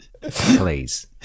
please